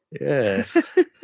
Yes